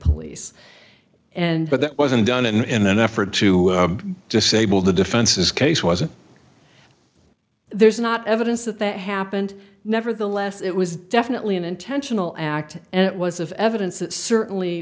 police and but that wasn't done in an effort to disable the defense's case wasn't there's not evidence that that happened nevertheless it was definitely an intentional act and it was of evidence that certainly